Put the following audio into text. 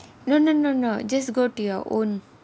no no no no just go to your own